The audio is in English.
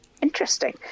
interesting